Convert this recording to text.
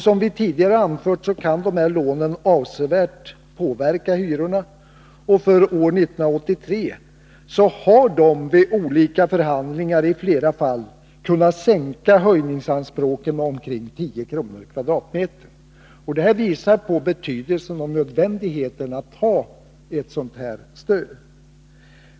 Som vi tidigare har anfört kan dessa lån avsevärt påverka hyrorna och för år 1983 har de vid olika förhandlingar i flera fall kunnat sänka höjningsanspråken med omkring 10 kr./m?. Det visar på betydelsen och nödvändigheten av att ha ett dyligt stöd.